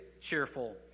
cheerful